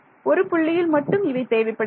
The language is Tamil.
ஒரு புள்ளியில் மட்டும் இவை தேவைப்படவில்லை